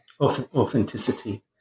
authenticity